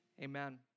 amen